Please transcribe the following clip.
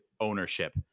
ownership